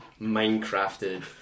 minecrafted